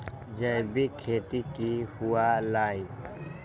जैविक खेती की हुआ लाई?